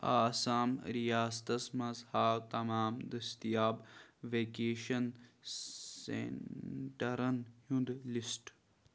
آسام ریاستس منٛز ہاو تمام دٔستیاب ویکیشن سینٹَرَن ہُنٛد لِسٹ